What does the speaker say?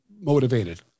motivated